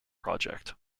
project